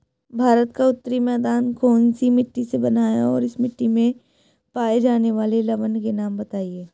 भारत का उत्तरी मैदान कौनसी मिट्टी से बना है और इस मिट्टी में पाए जाने वाले लवण के नाम बताइए?